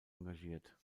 engagiert